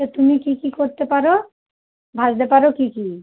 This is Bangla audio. তা তুমি কী কী করতে পারো ভাজতে পারো কী কী